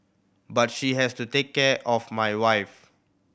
but she has to take care of my wife